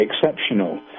exceptional